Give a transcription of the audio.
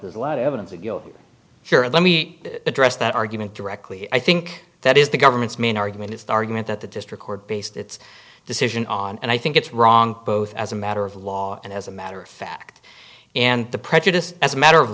there's a lot of evidence that you know for sure and let me address that argument directly i think that is the government's main argument is argument that the district court based its decision on and i think it's wrong both as a matter of law and as a matter of fact and the prejudice as a matter of